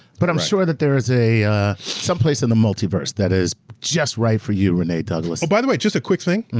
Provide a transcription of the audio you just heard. but i'm sure that there is some place in the multi-verse that is just right for you, renee douglas. oh, by the way, just a quick thing.